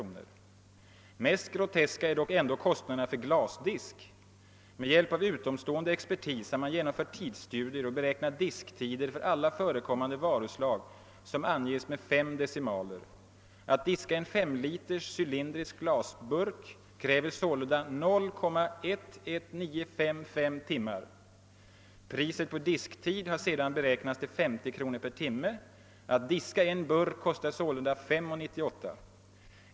och tillägger: »Mest groteska är kanske ändå kostnaderna för glasdisk. Med hjälp av utomstående expertis har man genomfört tidsstudier och beräknat disktider för alla förekommande varuslag, som anges med 5 decimaler. Att diska en 5-liters cylindrisk glasburk kräver sålunda 0,11955 timmar. Priset på disktid har sedan beräknats till 50 kr. per timme. Att diska en burk kostar sålunda 5:98.